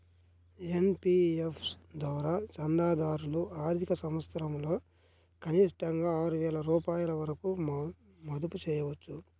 NPS ద్వారా చందాదారులు ఆర్థిక సంవత్సరంలో కనిష్టంగా ఆరు వేల రూపాయల వరకు మదుపు చేయవచ్చు